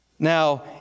Now